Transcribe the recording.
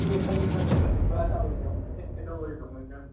ꯑꯦ ꯈꯪꯉꯤ ꯈꯪꯉꯤ ꯀꯛꯆꯤꯡ ꯕꯣꯔꯥ ꯁꯥꯕꯩ ꯅꯤꯌꯣꯝ ꯑꯦ ꯀꯩꯗꯧꯕꯩ ꯈꯪꯉꯣꯏꯗꯣꯏꯅꯣ